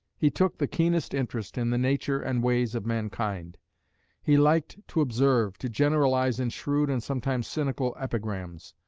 he took the keenest interest in the nature and ways of mankind he liked to observe, to generalise in shrewd and sometimes cynical epigrams.